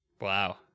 Wow